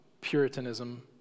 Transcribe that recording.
Puritanism